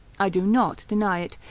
i do not deny it,